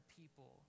people